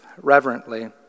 reverently